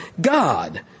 God